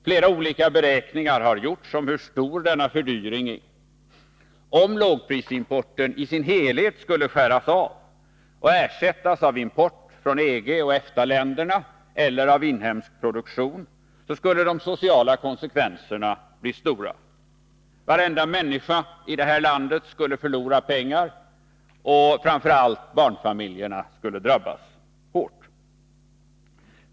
Flera olika beräkningar har gjorts om hur stor denna fördyring är. Om lågprisimporten i sin helhet skulle skäras av och ersättas av import från EG och EFTA länderna eller av inhemsk produktion, skulle de sociala konsekvenserna bli stora. Varenda människa i detta land skulle förlora pengar, och framför allt barnfamiljerna skulle drabbas hårt.